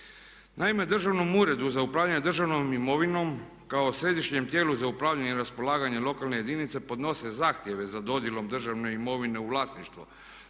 Naime, Državnom uredu za upravljanje državnom imovinom kao središnjem tijelu za upravljanje i raspolaganje lokalne jedinice podnose zahtjeve za dodjelom državne imovine u vlasništvo